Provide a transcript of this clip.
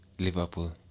Liverpool